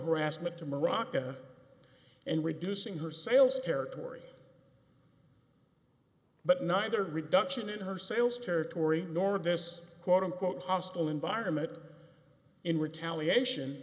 harassment to maraca and reducing her sales territory but neither reduction in her sales territory nor this quote unquote hostile environment in retaliation